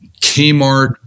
Kmart